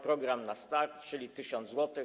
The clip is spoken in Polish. Program na start”, czyli 1000 zł.